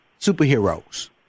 superheroes